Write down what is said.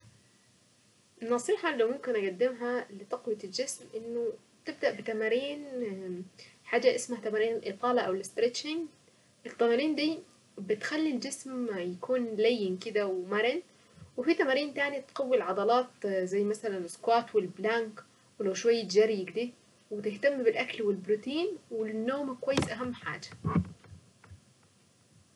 النصيحة اللي ممكن اقدمها لتقوية الجسم انه تبدأ بتمارين حاجة اسمها تمارين اطالة او الاستريتشنج. دي بتخلي الجسم يكون لين كده ومرن. وفي تمارين تانية تقوي العضلات زي مثلا السكوات ولو شوية جري كده.